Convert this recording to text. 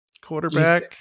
quarterback